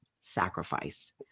sacrifice